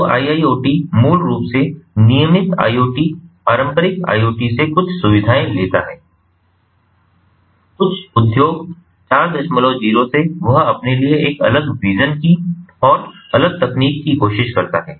तो IIoT मूल रूप से नियमित IoT पारंपरिक IoT से कुछ सुविधाएँ लेता है कुछ उद्योग 40 से वह अपने लिए एक अलग विज़न की और अलग तकनीक कि कोशिश करता है